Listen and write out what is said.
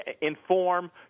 inform